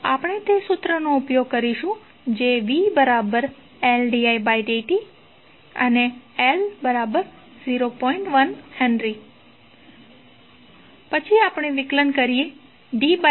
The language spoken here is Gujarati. આપણે તે સૂત્રનો ઉપયોગ કરીશું જે vLdidt and L0